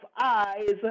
eyes